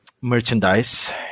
merchandise